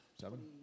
Seven